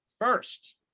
first